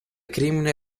crimine